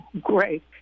great